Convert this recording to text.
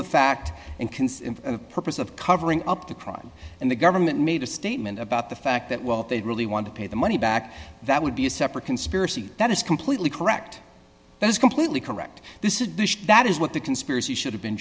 the fact and consider the purpose of covering up the crime and the government made a statement about the fact that well they really want to pay the money back that would be a separate conspiracy that is completely correct that is completely correct this is that is what the conspiracy should have been